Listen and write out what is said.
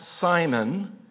Simon